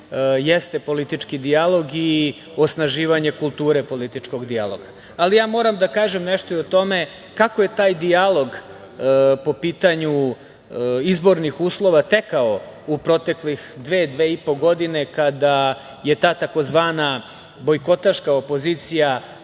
politički dijalog i osnaživanje kulture političkog dijaloga. Ali, ja moram da kažem nešto i o tome kako je taj dijalog po pitanju izbornih uslova tekao u proteklih dve, dve i po godine, kada je ta tzv. bojkotaška opozicija